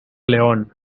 león